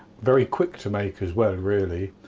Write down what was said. very quick to make as well really,